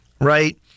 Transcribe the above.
right